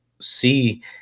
see